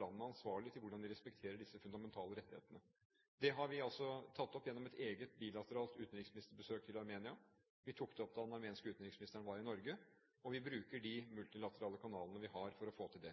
landet ansvarlig for hvordan det respekterer disse fundamentale rettighetene. Det har vi tatt opp gjennom et eget bilateralt utenriksministerbesøk til Armenia. Vi tok det opp da den armenske utenriksministeren var i Norge, og vi bruker de multilaterale kanalene vi har for å få til det.